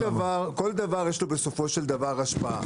לכל דבר יש בסופו של דבר השפעה.